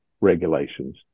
regulations